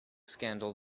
scandal